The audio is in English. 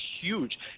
huge